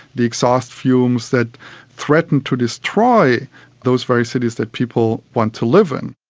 the exhaust fumes that threaten to destroy those very cities that people want to live in.